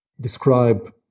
describe